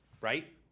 Right